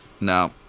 No